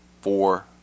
four